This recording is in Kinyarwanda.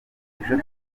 tuzaza